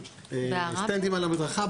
סטנדים על המדרכה.